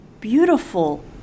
beautiful